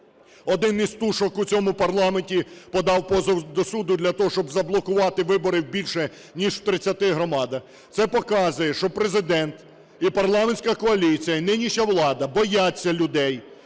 один із "тушок" у цьому парламенті подав позов до суду для того, щоб заблокувати вибори в більше, ніж в 30 громадах, це показує, що Президент і парламентська коаліція, і нинішня влада бояться людей,